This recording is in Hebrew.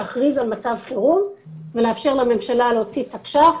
להכריז על מצב חירום ולאפשר לממשלה להוציא תקש"ח